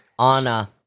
Anna